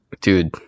dude